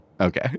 Okay